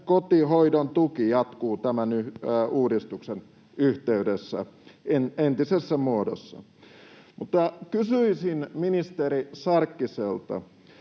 kotihoidon tuki jatkuu tämän uudistuksen yhteydessä entisessä muodossaan. Mutta kysyisin ministeri Sarkkiselta: